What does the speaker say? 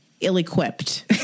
ill-equipped